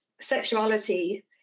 sexuality